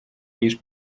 niż